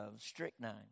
strychnine